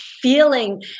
feeling